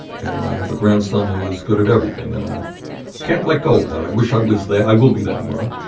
and i have a grandson who is good at everything. and i can't let go that i wish i was there. i will be there tomorrow,